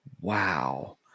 Wow